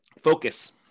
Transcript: Focus